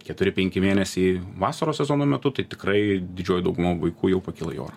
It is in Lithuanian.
keturi penki mėnesiai vasaros sezono metu tai tikrai didžioji dauguma vaikų jau pakilo į orą